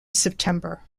september